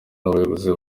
n’abayobozi